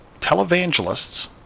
televangelists